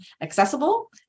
accessible